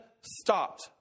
stopped